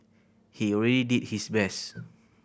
he already did his best